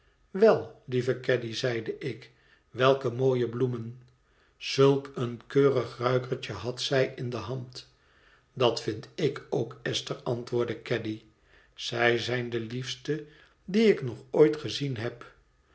wel lieve caddy zeide ik welke mooie bloemen zulk een keurig ruikertje had zij in de hand dat vind ik ook esther antwoordde caddy zij zijn de liefste die ik nog ooit gezien heb